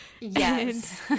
Yes